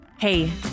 Hey